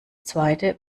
zweite